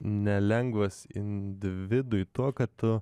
nelengvas individui tuo kad tu